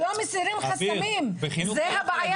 זו הבעיה